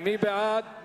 מי בעד?